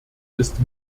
ist